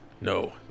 No